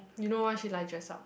you know why she like dress up